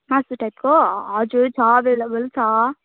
मासु टाइपको हजुर छ एभाइलेबल छ